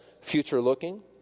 future-looking